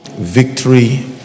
Victory